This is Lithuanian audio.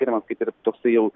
skiriamas kaip ir toksai jau